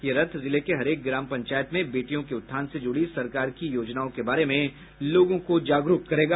यह रथ जिले के हरेक ग्राम पंचायत में बेटियों के उत्थान से जुड़ी सरकार की योजनाओं के बारे में लोगों को जागरूक करेगा